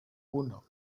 uno